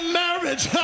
marriage